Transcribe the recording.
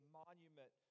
monument